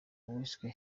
wiswe